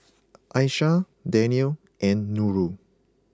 Aisyah Daniel and Nurul